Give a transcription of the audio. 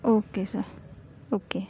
okay sir okay